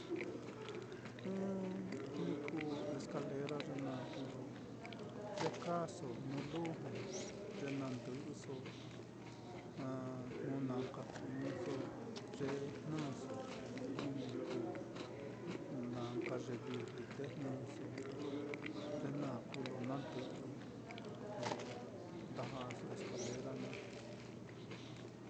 ɨ́ɨ́n ni kuu escalera ye naá kuu ye lo ye kaaso nuu luju, ye na ndɨꞌɨso ah jnu na nka ku-iniso, ye jnɨso jnu ni kuu na nka ye vijli te jnɨso, ye naá kuu lo na ndɨꞌɨ ye lo nda ja'aso escalera naá.